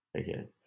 Okay